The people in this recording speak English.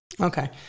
Okay